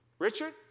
Richard